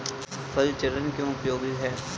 फसल चरण क्यों उपयोगी है?